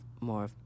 more